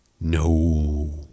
No